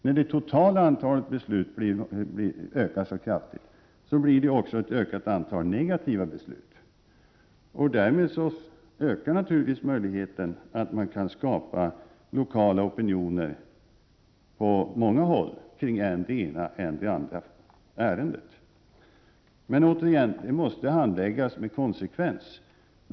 När det totala antalet beslut kraftigt ökar blir det också ett ökat antal negativa beslut. Därmed ökar naturligtvis möjligheten för att man på många håll kan skapa lokala opinioner kring än det ena än det andra ärendet. Jag vill återigen betona att handläggningen måste ske med konsekvens.